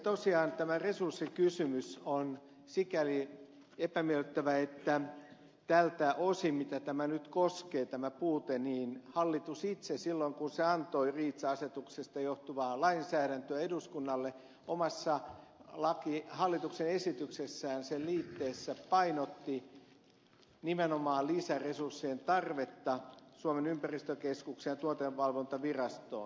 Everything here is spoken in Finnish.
tosiaan tämä resurssikysymys on sikäli epämiellyttävä että tältä osin mitä tämä puute nyt koskee hallitus itse silloin kun se antoi reach asetuksesta johtuvaa lainsäädäntöä eduskunnalle omassa hallituksen esityksessään sen liitteessä painotti nimenomaan lisäresurssien tarvetta suomen ympäristökeskukseen ja tuotevalvontavirastoon